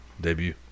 debut